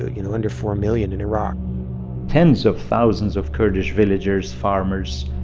you know, under four million in iraq tens of thousands of kurdish villagers, farmers,